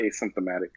asymptomatic